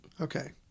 Okay